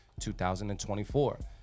2024